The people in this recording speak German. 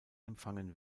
empfangen